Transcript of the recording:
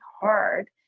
hard